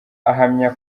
ahamya